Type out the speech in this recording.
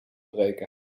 breken